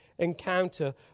encounter